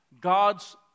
God's